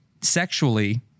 sexually